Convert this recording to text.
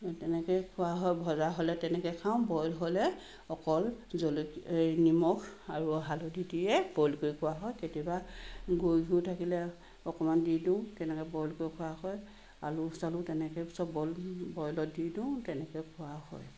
তেনেকৈ খোৱা হয় ভজা হ'লে তেনেকৈ খাওঁ বইল হ'লে অকল জল হেৰি নিমখ আৰু হালধি দিয়ে বইল কৰি খোৱা হয় কেতিয়াবা গৰু ঘিঁউ থাকিলে অকণমান দি দিওঁ তেনেকৈ বইল কৰি খোৱা হয় আলু চালু তেনেকৈ চব বইল বইলত দি দিওঁ তেনেকৈ খোৱা হয়